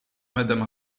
madame